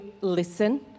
listen